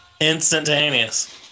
Instantaneous